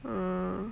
mm